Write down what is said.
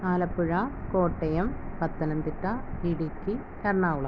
Alappuzha Kottayam Pathanamthitta Idukki Ernakulam